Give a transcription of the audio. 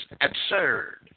absurd